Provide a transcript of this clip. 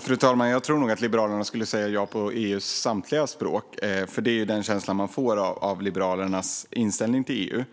Fru talman! Jag tror nog att Liberalerna skulle säga ja på EU:s samtliga språk, för det är den känsla man får av Liberalernas inställning till